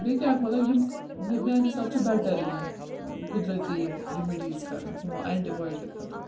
بیٚیہِ کیٛاہ مطلب یِم مہ میٛانہِ حِساب چھُ بٮ۪ٹَرٕے یِم قُدرتی یِم رِمِڈیٖز کَرٕنۍ ہُمو اینٹی بیوٹِک کھۄتو